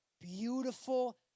beautiful